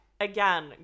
again